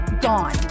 gone